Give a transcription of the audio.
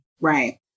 Right